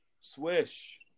Swish